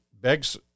begs